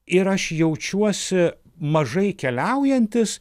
ir aš jaučiuosi mažai keliaujantis